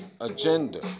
agenda